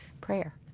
prayer